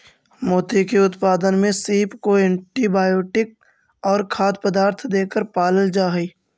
मोती के उत्पादन में सीप को एंटीबायोटिक और खाद्य पदार्थ देकर पालल जा हई